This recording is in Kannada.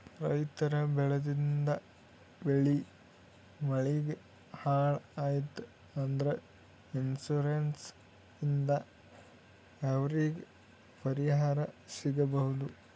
ರೈತರ್ ಬೆಳೆದಿದ್ದ್ ಬೆಳಿ ಮಳಿಗ್ ಹಾಳ್ ಆಯ್ತ್ ಅಂದ್ರ ಇನ್ಶೂರೆನ್ಸ್ ಇಂದ್ ಅವ್ರಿಗ್ ಪರಿಹಾರ್ ಸಿಗ್ಬಹುದ್